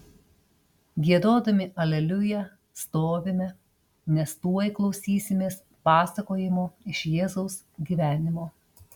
giedodami aleliuja stovime nes tuoj klausysimės pasakojimo iš jėzaus gyvenimo